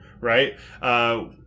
right